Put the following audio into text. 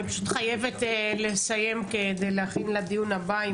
אני חייבת לסיים כדי להכין לדיון הבא,